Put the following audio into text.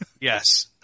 Yes